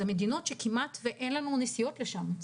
אלה מדינות שכמעט אין לנו נסיעות לשם.